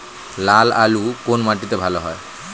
লাল আলু কোন মাটিতে ভালো হয়?